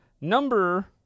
number